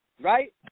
right